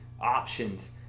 options